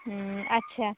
ᱦᱩᱸ ᱟᱪᱪᱷᱟ